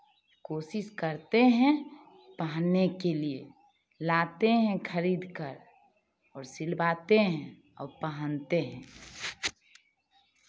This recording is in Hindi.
कोशिश करते हैं पहनने के लिये लाते हैं खरीद कर और सिलवाते हैं और पहनते हैं